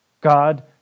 God